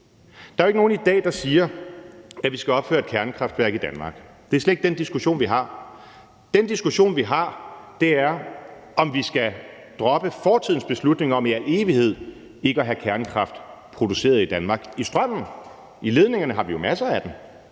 Der er jo ikke nogen i dag, der siger, at vi skal opføre et kernekraftværk i Danmark. Det er slet ikke den diskussion, vi har. Den diskussion, vi har, er, om vi skal droppe fortidens beslutning om i al evighed ikke at få kernekraft produceret i Danmark. I strømledningerne har vi jo masser af den.